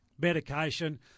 medication